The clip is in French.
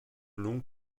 long